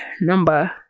number